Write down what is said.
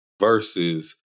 versus